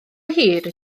hir